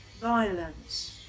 violence